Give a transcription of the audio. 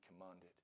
commanded